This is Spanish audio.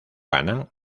ganan